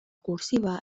cursiva